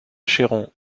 cheyron